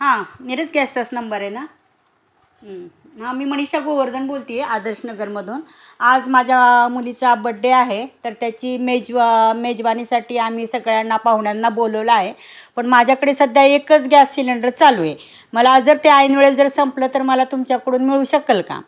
हां निरज गॅसचाच नंबर आहे ना हां मी मणिषा गोवर्धन बोलते आहे आदर्श नगरमधून आज माझ्या मुलीचा बड्डे आहे तर त्याची मेजवा मेजवानीसाठी आम्ही सगळ्यांना पाहुण्यांना बोलवलं आहे पण माझ्याकडे सध्या एकच गॅस सिलेंडर चालू आहे मला जर ते ऐन वेळेला जर संपलं तर मला तुमच्याकडून मिळू शकेल का